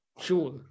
sure